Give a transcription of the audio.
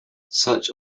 such